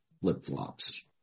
flip-flops